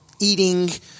eating